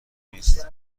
نیست